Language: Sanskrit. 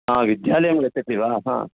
ह विद्यालयं गच्छति वा हा